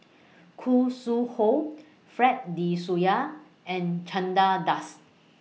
Khoo Sui Hoe Fred De Souza and Chandra Das